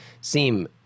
seem